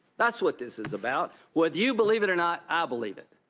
that's what this is about. whether you believe it or not, i believe it.